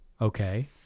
okay